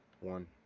one